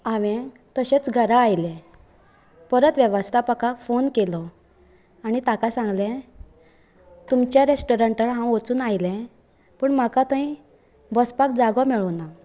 हांवेन तशेंच घरा आयले परत वेवस्थापकाक फोन केलो आनी ताका सांगले तुमचे रॅस्टोरंटान हांव वचून आयले पूण म्हाका थंय बसपाक जागो मेळूना